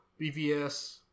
BVS